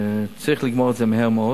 צריך לגמור את זה מהר מאוד.